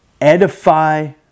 edify